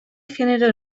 genero